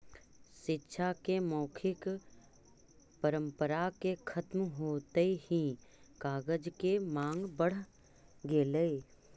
शिक्षा के मौखिक परम्परा के खत्म होइत ही कागज के माँग बढ़ गेलइ